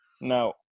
No